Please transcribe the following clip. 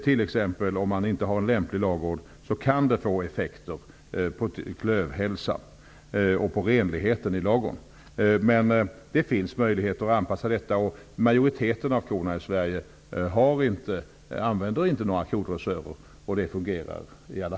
Om man inte har en lämplig ladugård kan det bli effekter på klövhälsan och på renligheten i ladugården. Det finns möjligheter att göra anpassningar. Majoriteten av korna i Sverige kommer inte i kontakt med kodressörer. Det fungerar ändå.